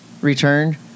returned